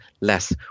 less